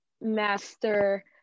master